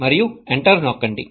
మరియు ఎంటర్ నొక్కండి